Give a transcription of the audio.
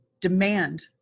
demand